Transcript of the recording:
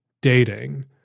dating